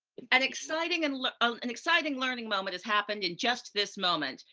an exciting and like um and exciting learning moment has happened in just this moment.